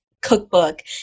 cookbook